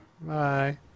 Bye